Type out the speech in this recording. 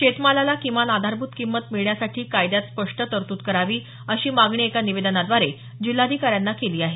शेतमालाला किमान आधारभूत किंमत मिळण्यासाठी कायद्यात स्पष्ट तरतूद करावी अशी मागणी एका निवेदनाद्वारे जिल्हाधिकाऱ्यांना केली आहे